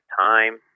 time